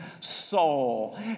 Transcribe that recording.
soul